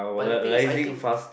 but the thing is I think